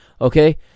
Okay